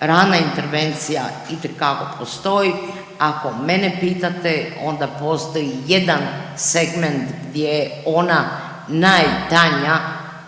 rana intervencija itekako postoji, ako mene pitate, onda postoji jedan segment gdje ona najtanja,